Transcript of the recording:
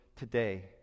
Today